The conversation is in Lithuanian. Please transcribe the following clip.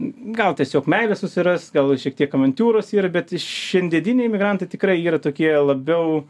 gal tiesiog meilės susirast gal šiek tiek avantiūros yra bet šiandieniniai emigrantai tikrai yra tokie labiau